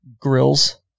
grills